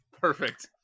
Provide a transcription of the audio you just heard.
Perfect